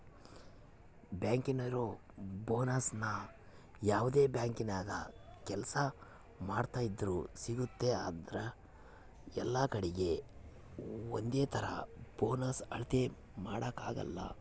ಬ್ಯಾಂಕಿನೋರು ಬೋನಸ್ನ ಯಾವ್ದೇ ಬ್ಯಾಂಕಿನಾಗ ಕೆಲ್ಸ ಮಾಡ್ತಿದ್ರೂ ಸಿಗ್ತತೆ ಆದ್ರ ಎಲ್ಲಕಡೀಗೆ ಒಂದೇತರ ಬೋನಸ್ ಅಳತೆ ಮಾಡಕಲ